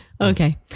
okay